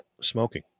smoking